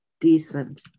decent